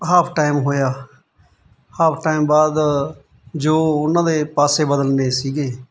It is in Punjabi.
ਹਾਫ਼ ਟਾਈਮ ਹੋਇਆ ਹਾਫ਼ ਟਾਈਮ ਬਾਅਦ ਜੋ ਉਹਨਾਂ ਦੇ ਪਾਸੇ ਬਦਲਣੇ ਸੀਗੇ